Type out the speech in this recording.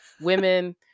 women